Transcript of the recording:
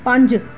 ਪੰਜ